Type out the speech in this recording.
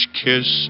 kiss